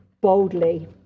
boldly